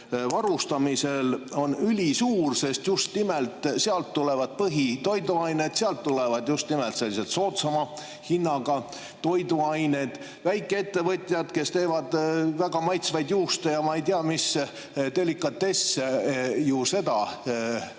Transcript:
varustamisel on ülisuur, sest just nimelt sealt tulevad põhitoiduained, sealt tulevad just nimelt soodsama hinnaga toiduained. Väikeettevõtjad, kes teevad väga maitsvaid juuste ja ei tea mis delikatesse, ju seda valdkonda